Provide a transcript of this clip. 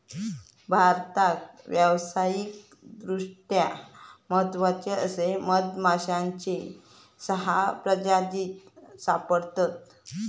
भारतात व्यावसायिकदृष्ट्या महत्त्वाचे असे मधमाश्यांची सहा प्रजाती सापडतत